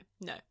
No